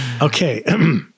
Okay